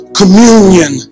communion